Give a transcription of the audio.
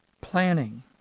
planning